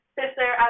Sister